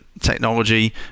technology